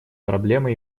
проблема